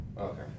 okay